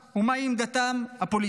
ומהי עמדתו הפוליטית.